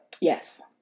Yes